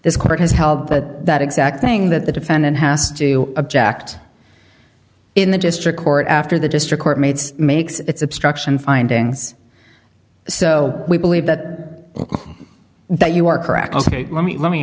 this court has held that exact thing that the defendant has to object in the district court after the district court made makes its obstruction findings so we believe that that you are correct ok let me let me